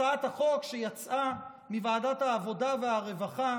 הצעת החוק שיצאה מוועדת העבודה והרווחה